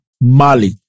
Mali